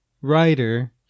writer